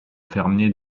fermier